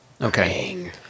Okay